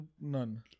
none